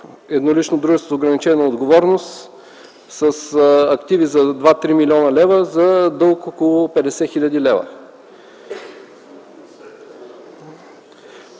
еднолично дружество с ограничена отговорност с активи за 2-3 млн. лв. за дълг около 50 хил. лв.